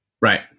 Right